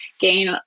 gain